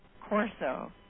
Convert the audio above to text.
Corso